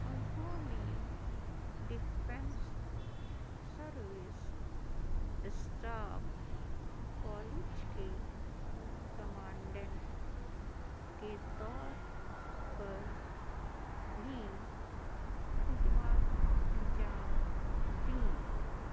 انہوں نے defence service staff college کے کمانڈنٹ کے طور پر بھی خدمات انجام دیں